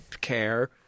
care